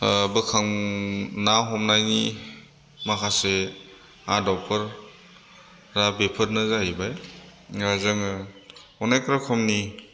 ना हमनायनि माखासे आदबफोरा बेफोरनो जाहैबाय जोङो अनेक रोखोमनि